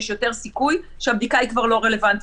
יש יותר סיכוי שהבדיקה היא כבר לא רלוונטית.